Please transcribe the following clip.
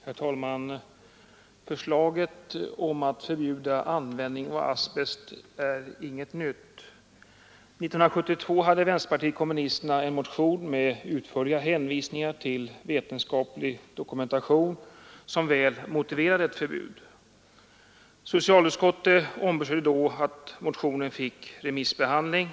Herr talman! Förslaget om att förbjuda användning av asbest är inte nytt. 1972 väckte vänsterpartiet kommunisterna en motion med utförliga hänvisningar till vetenskaplig dokumentation, som väl motiverade ett förbud. Socialutskottet ombesörjde då att motionen fick remissbehandling.